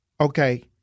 okay